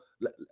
let